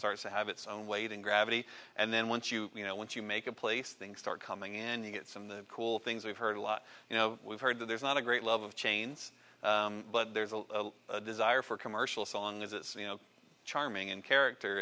starts to have its own weight and gravity and then once you know once you make a place things start coming in and you get some of the cool things we've heard a lot you know we've heard that there's not a great love of chains but there's a desire for commercial songs it's charming and character